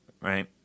right